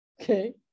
Okay